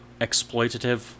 exploitative